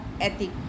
ethic